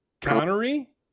Connery